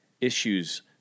issues